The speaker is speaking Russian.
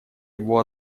его